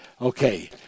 Okay